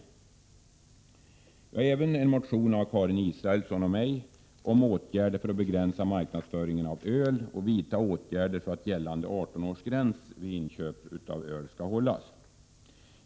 Det finns även en motion av Karin Israelsson och mig om åtgärder för att begränsa marknadsföringen av öl och vidta åtgärder för att gällande 18-årsgräns vid inköp av öl skall hållas.